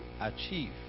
achieve